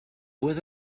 with